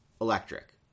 electric